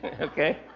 Okay